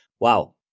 wow